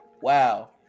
wow